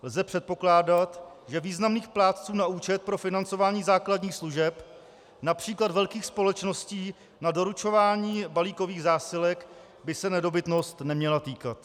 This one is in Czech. Lze předpokládat, že významných plátců na účet pro financování základních služeb, například velkých společností na doručování balíkových zásilek, by se nedobytnost neměla týkat.